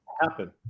happen